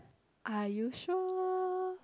are you sure